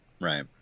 right